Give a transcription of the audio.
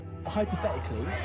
Hypothetically